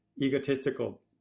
egotistical